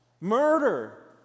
Murder